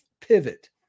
pivot